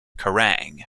kerrang